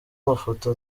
amafoto